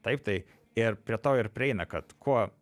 taip tai ir prie to ir prieina kad kuo